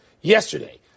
Yesterday